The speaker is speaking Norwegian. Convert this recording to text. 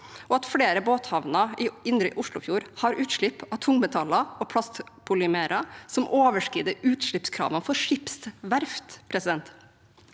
og flere båthavner i Indre Oslofjord har utslipp av tungmetaller og plastpolymerer som overskrider utslippskrav for skipsverft.